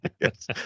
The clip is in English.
Yes